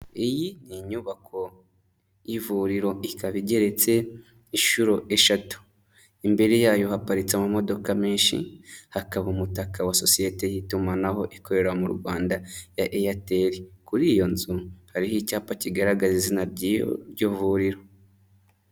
Iyi ni inyubako y'ivuriro, ikaba igeretse inshuro eshatu, imbere yayo haparitse amodoka menshi, hakaba umutaka wa sosiyete y'itumanaho ikorera mu Rwanda ya Airtel. Kuri iyo nzu hariho icyapa kigaragaza izina ry'iryo vuriro.